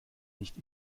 nicht